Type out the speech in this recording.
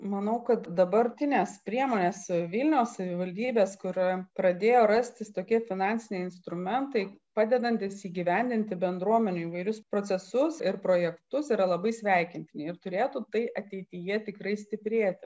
manau kad dabartinės priemonės vilniaus savivaldybės kur pradėjo rastis tokie finansiniai instrumentai padedantys įgyvendinti bendruomenių įvairius procesus ir projektus yra labai sveikintini ir turėtų tai ateityje tikrai stiprėti